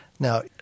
Now